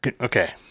Okay